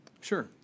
Sure